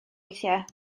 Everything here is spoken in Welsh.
weithiau